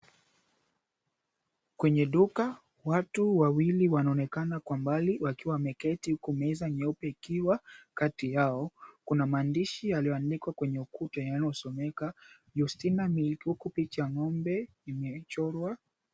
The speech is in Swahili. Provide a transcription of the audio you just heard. Kwenye duka watu wawili wanaonekana kwa mbali wakiwa wameketi huku meza nyeusi ikiwa kati yao. Kuna maandishi yaliyoandikwa kwenye ukuta yanayosomeka, Jostina Milk, huku picha ya ng'ombe imechorwa.